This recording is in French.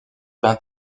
ben